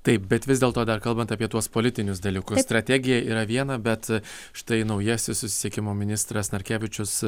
taip bet vis dėlto dar kalbant apie tuos politinius dalykus strategija yra viena bet štai naujasis susisiekimo ministras narkevičius